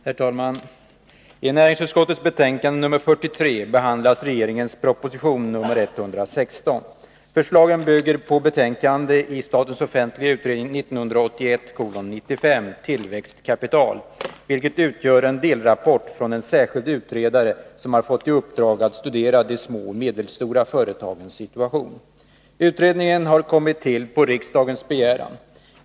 Herr talman! I näringsutskottets betänkande nr 43 behandlas regeringens proposition 116. Förslagen bygger på betänkandet i SOU 1981:95 Tillväxtkapital, vilket utgör en delrapport från en särskild utredare som har fått i uppdrag att studera de små och medelstora företagens situation. Utredning 185 en har kommit till på riksdagens begäran.